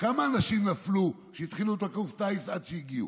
תגיד לי שאתה מאמין במה שאמרת עכשיו.